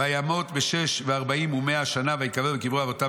וימות בשש וארבעים ומאה שנה וייקבר בקברי אבותיו